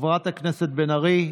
חברת הכנסת בן ארי,